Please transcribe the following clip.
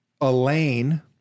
Elaine